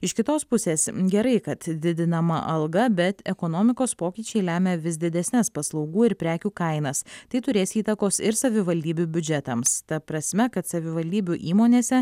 iš kitos pusės gerai kad didinama alga bet ekonomikos pokyčiai lemia vis didesnes paslaugų ir prekių kainas tai turės įtakos ir savivaldybių biudžetams ta prasme kad savivaldybių įmonėse